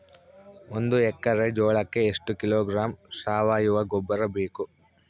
ಒಂದು ಎಕ್ಕರೆ ಜೋಳಕ್ಕೆ ಎಷ್ಟು ಕಿಲೋಗ್ರಾಂ ಸಾವಯುವ ಗೊಬ್ಬರ ಬೇಕು?